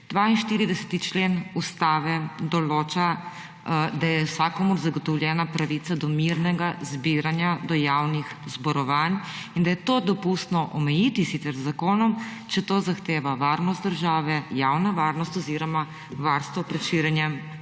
21.35** (nadaljevanje) zagotovljena pravica do mirnega zbiranja do javnih zborovanj in da je to dopustno omejiti, sicer z zakonom, če to zahteva varnost države, javna varnost oziroma varstvo pred širjenjem